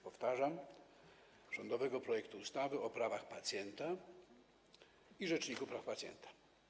Powtarzam: rządowego projektu ustawy o prawach pacjenta i Rzeczniku Praw Pacjenta.